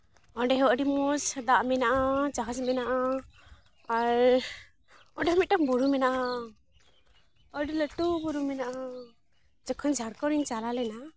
ᱚᱸᱰᱮ ᱦᱚᱸ ᱟᱹᱰᱤ ᱢᱚᱡᱽ ᱫᱟᱜ ᱢᱮᱱᱟᱼᱟ ᱡᱟᱦᱟᱡᱽ ᱢᱮᱱᱟᱜᱼᱟ ᱟᱨ ᱟᱨ ᱚᱸᱰᱮ ᱦᱚᱸ ᱢᱤᱫᱴᱟᱱ ᱵᱩᱨᱩ ᱢᱮᱱᱟᱜᱼᱟ ᱟᱹᱰᱤ ᱞᱟᱹᱴᱩ ᱵᱩᱨᱩ ᱢᱮᱱᱟᱜᱼᱟ ᱡᱚᱠᱷᱚᱱ ᱡᱷᱟᱲᱠᱷᱚᱸᱰ ᱤᱧ ᱪᱟᱞᱟᱣ ᱞᱮᱱᱟ